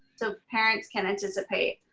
so parents can anticipate.